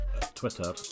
twitter